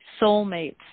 soulmates